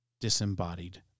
disembodied